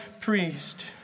priest